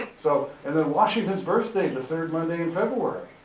so, and then washington's birthday the third monday in february.